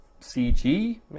CG